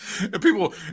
People